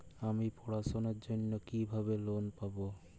আমি পড়াশোনার জন্য কিভাবে লোন পাব?